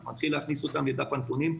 נתחיל להכניס אותם לדף הנתונים.